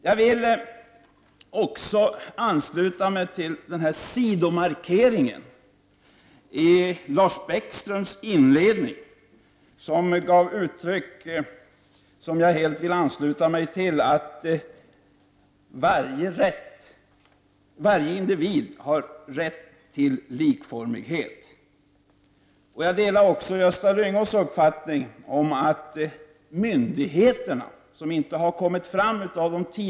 Jag ansluter mig också helt till sidomarkeringen i Lars Bäckströms inledning som gav uttryck för att varje individ har rätt till likformighet. Jag delar även Gösta Lyngås uppfattning att myndigheterna också tar de enskildas parti.